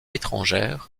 étrangères